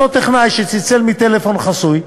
אותו טכנאי שצלצל ממספר חסוי,